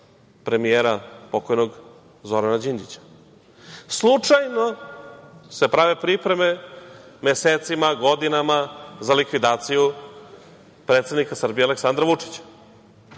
premijera, pokojnog Zorana Đinđića. Slučajno se prave pripreme mesecima, godinama, za likvidaciju predsednika Srbije Aleksandra Vučića. Sve